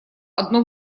одно